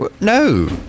No